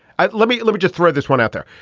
ah let me let me just throw this one out there.